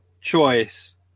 choice